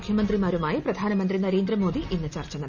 മുഖ്യമന്ത്രിമാരുമായി പ്രധാനമന്ത്രി നരേന്ദ്ര മോദി ഇന്ന് ചർച്ച ചെയ്യും